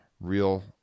real